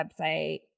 website